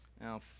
Now